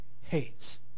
hates